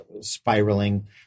spiraling